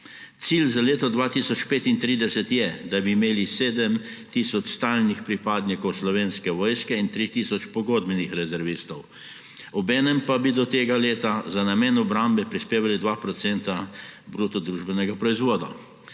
Cilj za leto 2035 je, da bi imeli 7 tisoč stalnih pripadnikov Slovenske vojske in 3 tisoč pogodbenih rezervistov. Obenem pa bi do tega leta za namen obrambe prispevali 2 % BDP. Seveda so